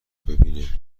ببینه